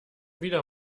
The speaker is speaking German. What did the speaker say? wieder